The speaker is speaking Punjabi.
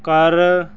ਕਰ